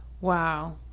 Wow